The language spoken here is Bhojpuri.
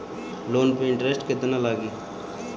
लोन पे इन्टरेस्ट केतना लागी?